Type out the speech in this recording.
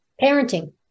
parenting